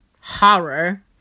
horror